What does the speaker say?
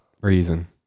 reason